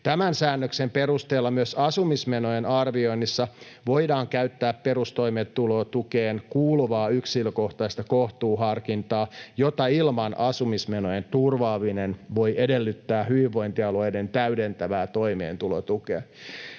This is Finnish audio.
Tämän säännöksen perusteella myös asumismenojen arvioinnissa voidaan käyttää perustoimeentulotukeen kuuluvaa yksilökohtaista kohtuusharkintaa, jota ilman asumismenojen turvaaminen voi edellyttää hyvinvointialueiden täydentävää toimeentulotukea.”